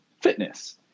fitness